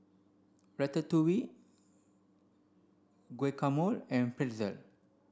Ratatouille Guacamole and Pretzel